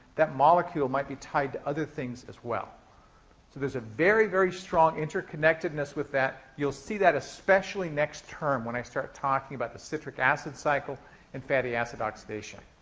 that molecule might be tied to other things, as well. so there's a very, very strong interconnectedness with that. you'll see that especially next term when i start talking about the citric acid cycle and fatty acid oxidation.